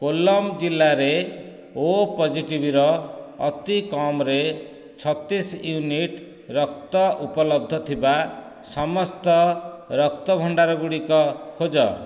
କୋଲ୍ଲମ୍ ଜିଲ୍ଲାରେ ଓ' ପଜିଟିଭ୍ର ଅତିକମ୍ରେ ଛତିଶ ୟୁନିଟ୍ ରକ୍ତ ଉପଲବ୍ଧ ଥିବା ସମସ୍ତ ରକ୍ତ ଭଣ୍ଡାରଗୁଡ଼ିକ ଖୋଜ